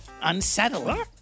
unsettling